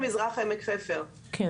אבל גלית שאול מעמק חפר, יש לך דקה.